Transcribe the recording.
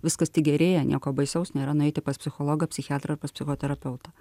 viskas tik gerėja nieko baisaus nėra nueiti pas psichologą psichiatrą ar pas psichoterapeutą